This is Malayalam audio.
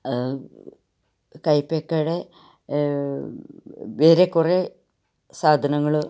കൈപ്പക്കയുടെ വേറെ കുറേ സാധനങ്ങൾ